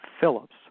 Phillips